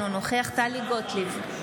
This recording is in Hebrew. אינו נוכח טלי גוטליב,